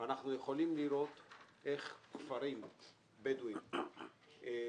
ואנחנו יכולים לראות איך כפרים בדואים בדרום,